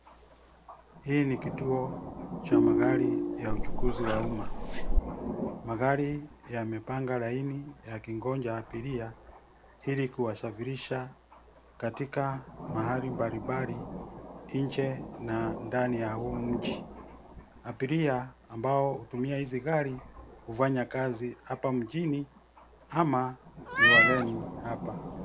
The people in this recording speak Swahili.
Hii ni kituo cha magari ya uchukuzi wa umma. Magari yamepanga laini yakingoja abiria ilikuwasafirisha katika mahali mbali mbali nje na ndani ya huu mji. Abiria ambao hutumia hizi gari hufanya kazi hapa mjini ama ni wageni hapa.